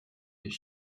des